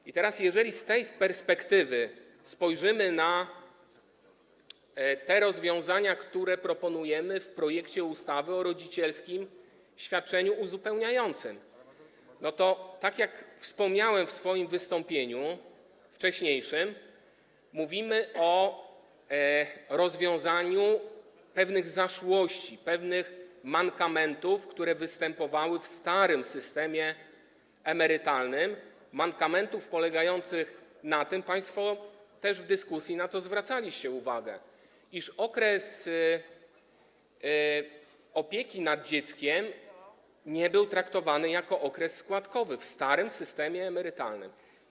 I, teraz, jeżeli z tej perspektywy spojrzymy na te rozwiązania, które proponujemy w projekcie ustawy o rodzicielskim świadczeniu uzupełniającym, to, tak jak wspomniałem w swoim wystąpieniu, wcześniejszym, widzimy, że mówimy o rozwiązaniu problemu pewnych zaszłości, pewnych mankamentów, które występowały w starym systemie emerytalnym, mankamentów polegających na tym - państwo też w dyskusji na to zwracaliście uwagę - iż okres opieki nad dzieckiem nie był traktowany jako okres składkowy w starym systemie emerytalnym.